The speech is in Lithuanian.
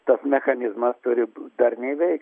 tas mechanizmas turi darniai veikt